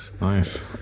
Nice